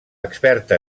experta